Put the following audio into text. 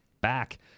back